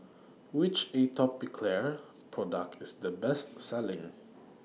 Which Atopiclair Product IS The Best Selling